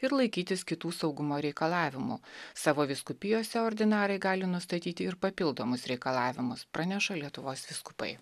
ir laikytis kitų saugumo reikalavimų savo vyskupijose ordinarai gali nustatyti ir papildomus reikalavimus praneša lietuvos vyskupai